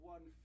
One